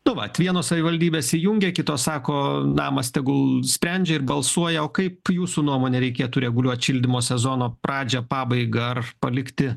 nu vat vienos savivaldybės įjungia kitos sako namas tegul sprendžia ir balsuoja o kaip jūsų nuomone reikėtų reguliuot šildymo sezono pradžią pabaigą ar palikti